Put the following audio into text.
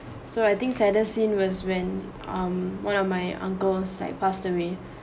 so I think sadder scene was when um one of my uncles like passed away